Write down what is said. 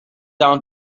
down